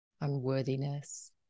unworthiness